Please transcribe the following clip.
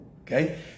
Okay